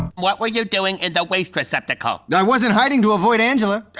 what were you doing in the waste receptacle? i wasn't hiding to avoid angela,